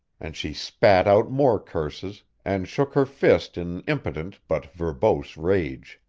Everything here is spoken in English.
and she spat out more curses, and shook her fist in impotent but verbose rage.